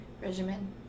Regimen